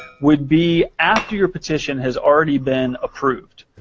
would be after your petition has already been approved.